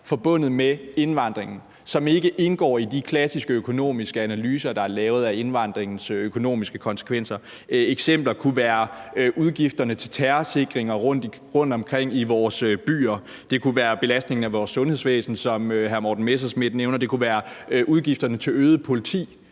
forbundet med indvandringen, som ikke indgår i de klassiske økonomiske analyser, der er lavet, af indvandringens økonomiske konsekvenser. Eksempler kunne være udgifterne til terrorsikring rundtomkring i vores byer; det kunne være belastningen af vores sundhedsvæsen, som hr. Morten Messerschmidt nævner; det kunne være udgifterne til øget politi,